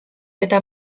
eta